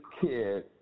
kid